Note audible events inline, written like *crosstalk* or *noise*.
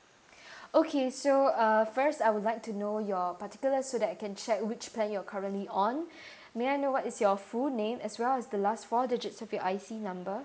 *breath* okay so uh first I would like to know your particular so that I can check which plan you're currently on *breath* may I know what is your full name as well as the last four digits of your I_C number